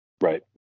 Right